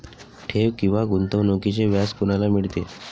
ठेव किंवा गुंतवणूकीचे व्याज कोणाला मिळते?